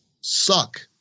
suck